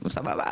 הוא עובד,